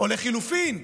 לחלופין,